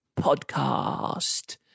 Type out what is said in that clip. podcast